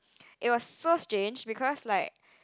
it was so strange because like